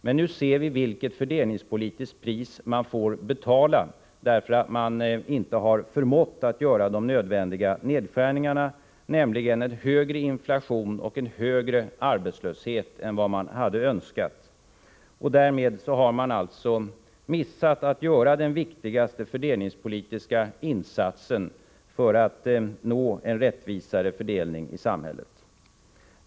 Men nu ser vi vilket fördelningspolitiskt pris man får betala för att man inte förmått göra de nödvändiga nedskärningarna, nämligen en högre inflation och en högre arbetslöshet än man hade önskat. Därmed har man alltså missat att göra den viktigaste fördelningspolitiska insatsen för att nå en rättvisare fördelning i samhället.